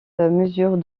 mesure